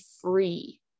free